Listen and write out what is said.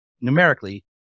numerically